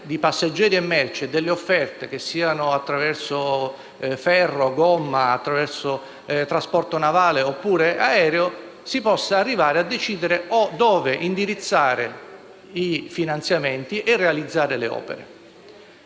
di passeggeri e merci e delle offerte - che siano attraverso ferro, gomma, trasporto navale oppure aereo - si possa arrivare a decidere dove indirizzare i finanziamenti e realizzare le opere.